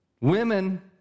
Women